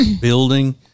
building